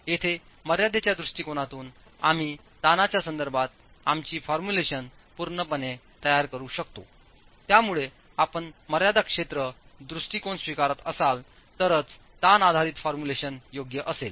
येथे मर्यादेच्या दृष्टीकोनातून आम्ही ताणांच्या संदर्भात आमची फॉर्म्युलेशन पूर्णपणे तयार करू शकतो त्यामुळे आपण मर्यादा क्षेत्र दृष्टिकोन स्वीकारत असाल तरच ताण आधारित फॉर्म्युलेशन योग्य असेल